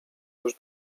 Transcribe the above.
już